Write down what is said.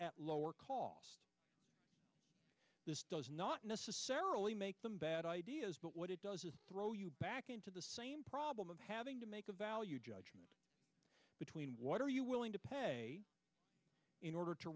at lower call this does not necessarily make them bad ideas but what it does is throw you back into the same problem of having to make a value judgment between what are you willing to pay in order to